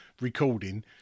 recording